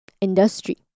industry